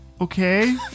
okay